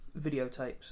videotapes